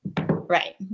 Right